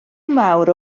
mawr